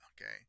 okay